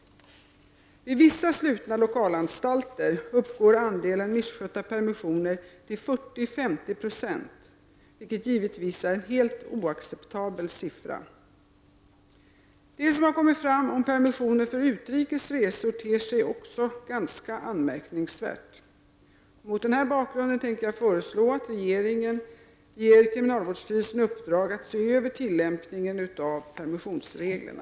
Vid vissa slutna lokalanstalter uppgår andelen misskötta permissioner till 40—50 26, vilket givetvis är en helt oacceptabel siffra. Det som har kommit fram om permissioner för utrikes resor ter sig också ganska anmärkningsvärt. Mot den här bakgrunden tänker jag föreslå att regeringen ger kriminalvårdsstyrelsen i uppdrag att se över tillämpningen av permissionsreglerna.